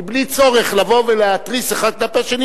מבלי צורך להתריס אחד כלפי השני,